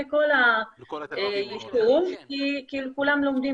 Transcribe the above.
שכל אחד בישוב אחר,